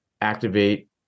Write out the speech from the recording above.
activate